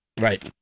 Right